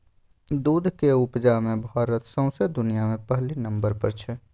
दुधक उपजा मे भारत सौंसे दुनियाँ मे पहिल नंबर पर छै